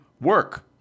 work